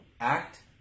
Act